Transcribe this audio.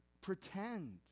pretend